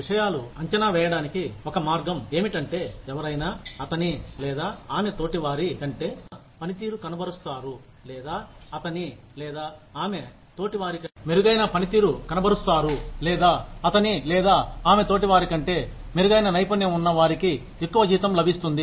విషయాలు అంచనా వేయడానికి ఒక మార్గం ఏమిటంటే ఎవరైనా అతని లేదా ఆమె తోటి వారి కంటే మెరుగైన పనితీరు కనబరుస్తారు లేదా అతని లేదా ఆమె తోటి వారి కంటే మెరుగైన నైపుణ్యం ఉన్న వారికి ఎక్కువ జీతం లభిస్తుంది